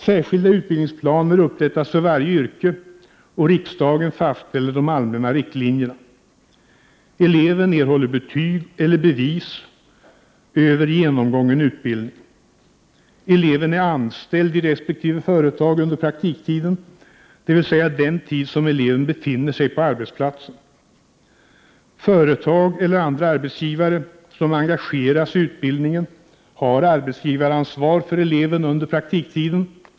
Särskilda utbildningsplaner upprättas för varje yrke, och riksdagen fastställer de allmänna riktlinjerna. Eleven är anställd i resp. företag under praktiktiden, dvs. under den tid som eleven befinner sig på arbetsplatsen. Företag eller andra arbetsgivare som engageras i utbildningen har arbetsgivaransvar för eleven under praktiktiden.